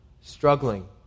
struggling